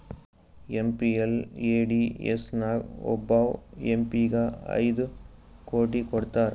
MPLADS ನಾಗ್ ಒಬ್ಬವ್ M P ಗ ಐಯ್ಡ್ ಕೋಟಿ ಕೊಡ್ತಾರ್